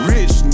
Rich